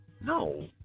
No